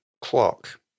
clock